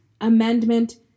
Amendment